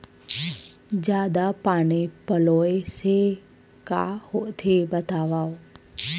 जादा पानी पलोय से का होथे बतावव?